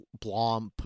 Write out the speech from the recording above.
Blomp